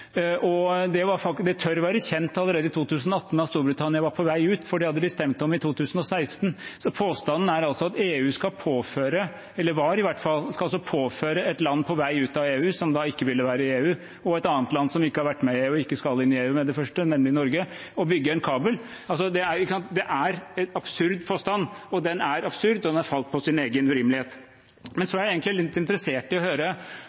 Og det tør være kjent allerede i 2018 at Storbritannia var på vei ut, for det hadde de stemt om i 2016. Så påstanden er altså – eller var i hvert fall – at EU skal påføre et land på vei ut av EU, som da ikke ville være i EU, og et annet land, som ikke har vært med i EU, og ikke skal inn i EU med det første, nemlig Norge, å bygge en kabel. Det er en absurd påstand, og den har falt på sin egen urimelighet. Men så er jeg egentlig litt interessert i å høre,